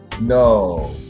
No